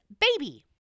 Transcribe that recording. baby